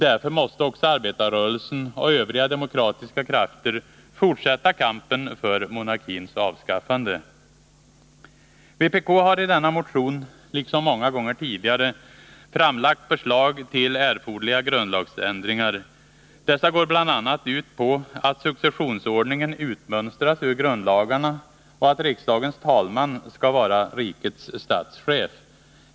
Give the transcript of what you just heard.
Därför måste också arbetarrörelsen och övriga demokratiska krafter fortsätta kampen för monarkins avskaffan Vpk haridenna motion, liksom många gånger tidigare, framlagt förslag till Onsdagen den erforderliga grundlagsändringar. Dessa går bl.a. ut på att successionsord 19 november 1980 ningen utmönstras ur grundlagarna och att riksdagens talman skall vara rikets statschef.